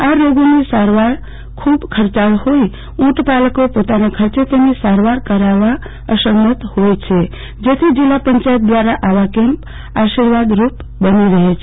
આ રોગોની સારવાર ખૂબ ખર્ચાળ હોઇ ઊંટપાલકો પોતાના ખર્ચે તેની સારવાર કરાવવા અસમર્થ હોય છે જેથી જિલ્લા પંચાયત દ્વારા આવા કેમ્પ આશીર્વાદરૂપ થાય છે